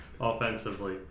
offensively